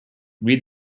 read